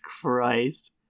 Christ